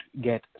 get